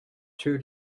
two